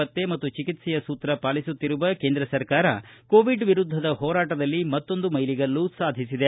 ಪತ್ತೆ ಮತ್ತು ಚಿಕಿತ್ಲೆಯ ಸೂತ್ರ ಪಾಲಿಸುತ್ತಿರುವ ಕೇಂದ್ರ ಸರ್ಕಾರ ಕೋವಿಡ್ ವಿರುದ್ದದ ಹೋರಾಟದಲ್ಲಿ ಮತ್ತೊಂದು ಮೈಲಿಗಲ್ಲು ಸಾಧಿಸಿದೆ